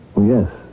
Yes